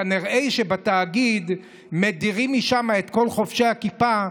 כנראה שבתאגיד מדירים את כל חובשי הכיפה,